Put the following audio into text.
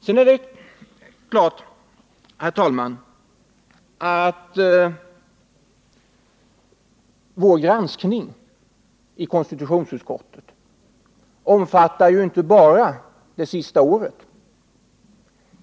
Sedan är det klart, herr talman, att vår granskning i konstitutionsutskottet inte bara omfattar det senaste året.